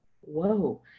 whoa